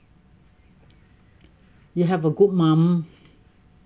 you have a good mum